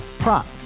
Prop